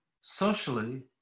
Socially